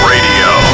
Radio